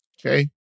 Okay